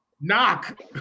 Knock